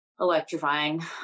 electrifying